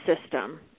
system